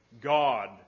God